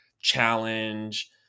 challenge